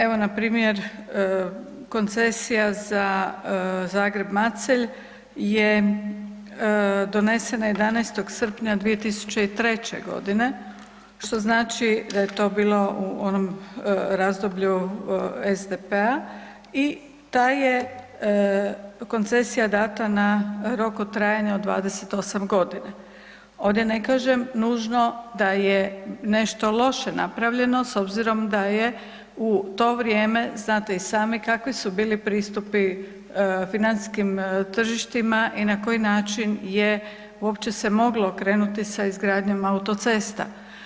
Evo npr. koncesija za Zagreb-Macelj je donesena 11. srpnja 2003.g., što znači da je to bilo u onom razdoblju SDP-a i ta je koncesija data na rok od trajanja od 28.g. Ovdje ne kažem nužno da je nešto loše napravljeno s obzirom da je u to vrijeme, znate i sami kakvi su bili pristupi financijskim tržištima i na koji način je uopće se moglo krenuti sa izgradnjom autocesta.